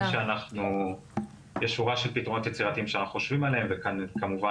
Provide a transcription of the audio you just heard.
כי היינו אמורים